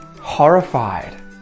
horrified